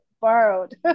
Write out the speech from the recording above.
Borrowed